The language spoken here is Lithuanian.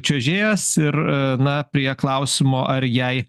čiuožėjas ir a na prie klausimo ar jai